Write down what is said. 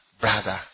brother